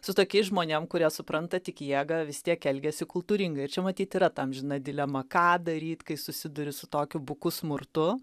su tokiais žmonėm kurie supranta tik jėgą vis tiek elgiasi kultūringai ir čia matyt yra ta amžina dilema ką daryt kai susiduri su tokiu buku smurtu